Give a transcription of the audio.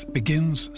begins